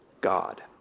God